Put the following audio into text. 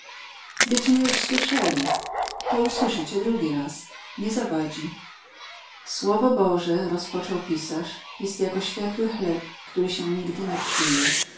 dyć my już słyszeli to usłyszycie drugi raz nie zawadzi słowo boże rozpoczął pisarz jest jako światły chleb który się nigdy nie przyje